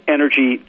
Energy